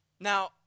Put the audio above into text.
Now